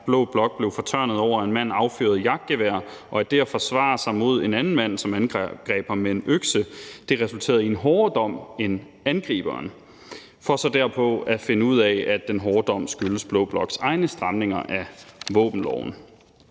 blå blok blev fortørnet over det, da en mand affyrede et jagtgevær, og at det, at han forsvarede sig mod en anden mand, der angreb ham med en økse, resulterede i en hårdere dom end angriberens, for så derpå at finde ud af, at den hårde dom skyldtes blå bloks egne stramninger af våbenloven.